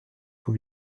son